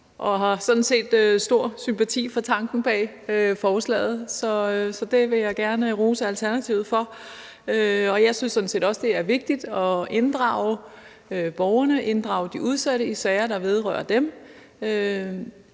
set har stor sympati for tanken bag forslaget, så det vil jeg gerne rose Alternativet for. Jeg synes sådan set også, at det er vigtigt at inddrage borgerne, inddrage de udsatte, i sager, der vedrører dem.